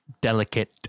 Delicate